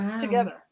together